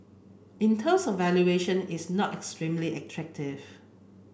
in terms of valuation it's not extremely attractive